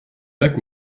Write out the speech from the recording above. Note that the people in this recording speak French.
lac